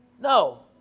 No